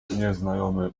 nieznajomy